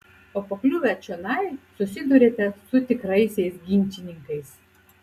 o pakliuvę čionai susiduriate su tikraisiais ginčininkais